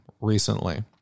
recently